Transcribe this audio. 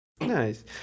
Nice